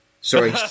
sorry